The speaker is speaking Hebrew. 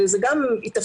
וזה גם יתאפשר,